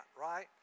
right